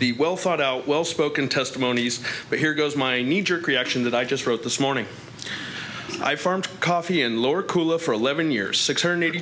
the well thought out well spoken testimonies but here goes my knee jerk reaction that i just wrote this morning i farmed coffee and lower kula for eleven years six hundred eighty